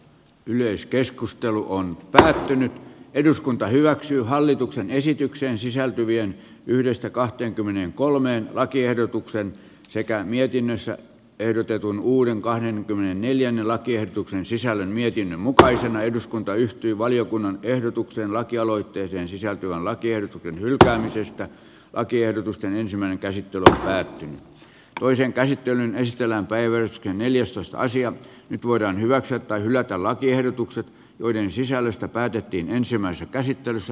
yleiskeskustelu on pysähtynyt eduskunta hyväksyy hallituksen esitykseen sisältyvien yhdestä kahteenkymmeneenkolmeen lakiehdotuksen sekä mietinnössä ehdotetun uuden kahdenkymmenenneljän lakiehdotuksen sisällön mietinnön mukaisena eduskunta yhtyi valiokunnan ehdotukseen lakialoitteeseen sisältyvän lakien hylkäämisestä lakiehdotusten ensimmäinen käsittely päättyi toisen käsittelyn esitellään päivän ja neljäsosa nyt voidaan hyväksyä tai hylätä lakiehdotukset joiden sisällöstä päätettiin ensimmäisessä käsittelyssä